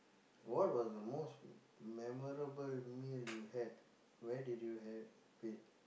what was the most memorable meal you had where did you have it